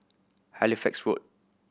Halifax Road